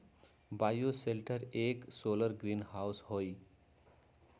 bioshelter एक solar greenhouse हई